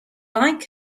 like